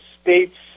states